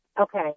Okay